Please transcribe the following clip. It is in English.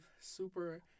super